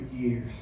years